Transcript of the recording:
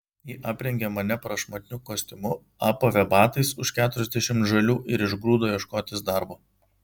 ji aprengė mane prašmatniu kostiumu apavė batais už keturiasdešimt žalių ir išgrūdo ieškotis darbo